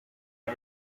the